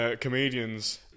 Comedians